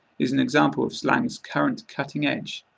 is an example of slang's current cutting edge,